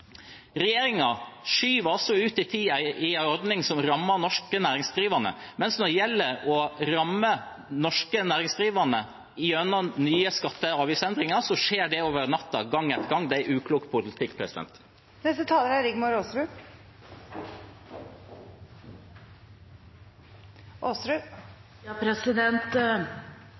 skyver altså ut i tid en ordning som rammer norske næringsdrivende, mens når det gjelder å ramme norske næringsdrivende gjennom nye skatte- og avgiftsendringer, skjer det over natten gang etter gang. Det er uklok politikk.